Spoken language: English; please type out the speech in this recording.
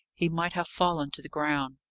he might have fallen to the ground.